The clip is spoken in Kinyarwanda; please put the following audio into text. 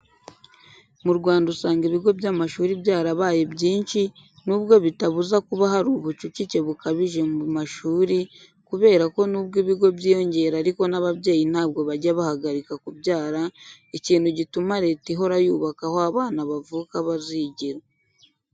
Mu Rwanda usanga ibigo by'amashuri byarabaye byinshi, nubwo bitabuza kuba hari ubucucike bukabije mu mashuri, kubera ko nubwo ibigo byiyongera ariko n'ababyeyi ntabwo bajya bahagarika kubyara, ikintu gituma Leta ihora yubaka aho abo bana bavuka bazigira.